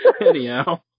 anyhow